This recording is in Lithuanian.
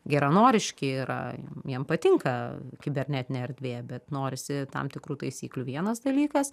geranoriški yra jiem patinka kibernetinė erdvė bet norisi tam tikrų taisyklių vienas dalykas